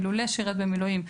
אילולא שירת במילואים,